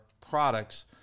products